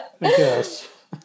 Yes